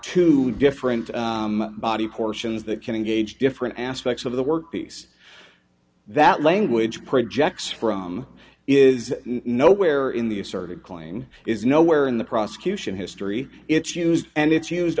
two different body portions that can engage different aspects of the workpiece that language projects from is no where in the asserted claim is nowhere in the prosecution history it's used and it's used